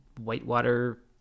whitewater